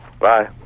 bye